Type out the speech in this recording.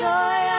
Joy